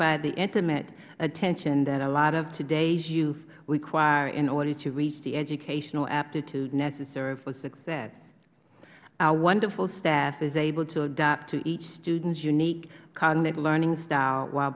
provide the intimate attention that a lot of today's youth require in order to reach the educational aptitude necessary for success our wonderful staff is able to adopt to each student's unique cognitive learning style while